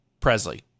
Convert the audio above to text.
Presley